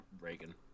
Reagan